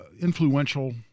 influential